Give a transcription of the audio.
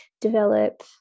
develop